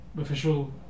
official